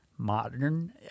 Modern